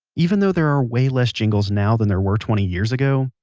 even though there are way less jingles now then there were twenty years ago,